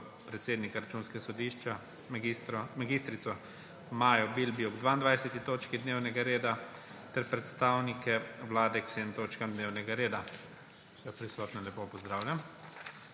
predsednika Računskega sodišča mag. Majo Bilbija k 22. točki dnevnega reda ter predstavnike Vlade k vsem točkam dnevnega reda. Vse prisotne lepo pozdravljam!